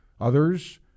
Others